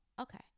okay